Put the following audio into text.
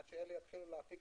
עד שאלה יתחילו להפיק,